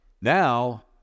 now